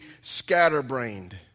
scatterbrained